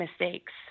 mistakes